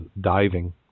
diving